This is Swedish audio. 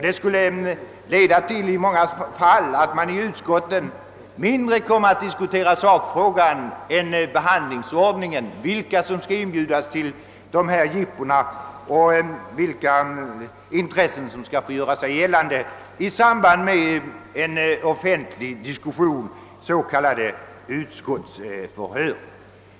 Det skulle i många fall leda till att man i utskotten mindre kom att diskutera sakfrågan än förhandlingsordningen, sålunda frågan om vilka som skulle inbjudas till dessa jippon och vilka intressen som skulle få göra sig gällande i samband med en offentlig diskussion, s.k. utskottsförhör.